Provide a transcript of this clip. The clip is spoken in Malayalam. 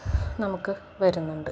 നമുക്ക് വരുന്നുണ്ട്